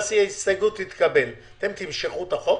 וההסתייגות תתקבל, אתם תמשכו את החוק?